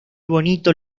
bonito